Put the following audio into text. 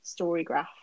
Storygraph